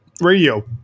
Radio